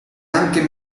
anche